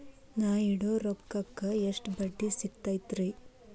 ನಾ ಇಡೋ ರೊಕ್ಕಕ್ ಎಷ್ಟ ಬಡ್ಡಿ ಸಿಕ್ತೈತ್ರಿ?